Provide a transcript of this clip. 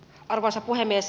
arvoisa puhemies